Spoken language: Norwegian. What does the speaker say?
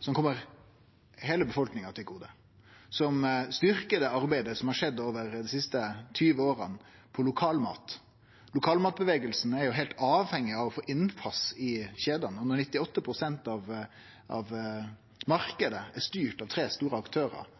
som kjem heile befolkninga til gode, og som styrkjer det arbeidet som har skjedd over dei siste 20 åra på lokalmat. Lokalmatbevegelsen er heilt avhengig av å få innpass i kjedene, og når 98 pst. av marknaden er styrt av tre store aktørar,